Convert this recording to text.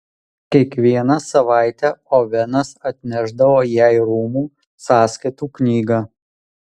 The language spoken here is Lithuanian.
kiekvieną savaitę ovenas atnešdavo jai rūmų sąskaitų knygą